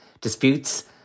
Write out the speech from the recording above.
disputes